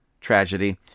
tragedy